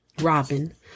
Robin